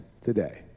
today